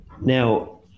Now